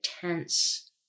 tense